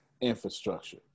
infrastructure